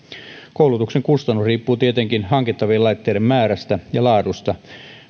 koulutuksen kustannus riippuu tietenkin hankittavien laitteiden määrästä ja laadusta